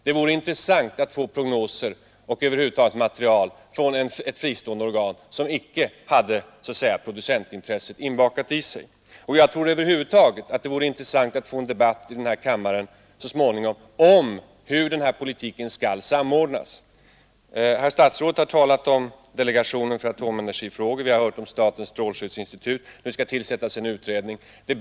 Det vore intressant att få prognoser och material från ett fristående organ som icke har ett inbakat producentintresse. Det vore över huvud taget intressant att få en debatt i den här kammaren om hur politiken skall samordnas. Herr statsrådet har talat om delegationen för atomenergifrågor, vi har hört om statens strålskyddsinstitut. Nu skall det tillsättas en utredning om avfallsproblemen.